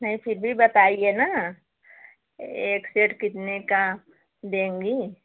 नहीं फिर भी बताइए ना एक सेट कितने का देंगी